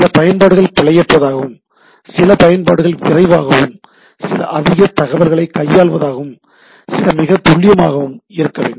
சில பயன்பாடுகள் பிழையற்றதாகவும் சில பயன்பாடுகள் விரைவாகவும் சில அதிக தகவல்களை கையாள்வதாகவும் சில மிகத் துல்லியமாகவும் இருக்க வேண்டும்